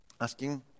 asking